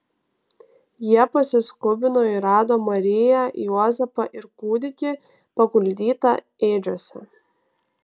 jie pasiskubino ir rado mariją juozapą ir kūdikį paguldytą ėdžiose